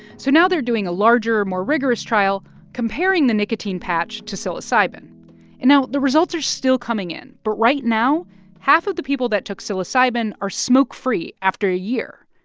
so now they're doing a larger, more rigorous trial comparing the nicotine patch to psilocybin. and now, the results are still coming in, but right now half of the people that took psilocybin are smoke-free after a year,